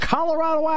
Colorado